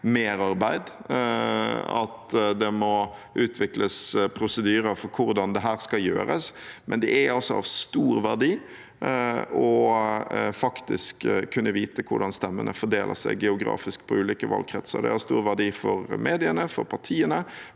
merarbeid, og at det må utvikles prosedyrer for hvordan dette skal gjøres, men det er av stor verdi å kunne vite hvordan stemmene fordeler seg geografisk på ulike valgkretser. Det har stor verdi for mediene, for partiene